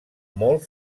molt